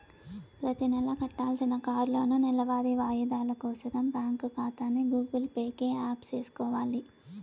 ప్రతినెలా కట్టాల్సిన కార్లోనూ, నెలవారీ వాయిదాలు కోసరం బ్యాంకు కాతాని గూగుల్ పే కి యాప్ సేసుకొవాల